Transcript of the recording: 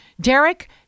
Derek